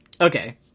okay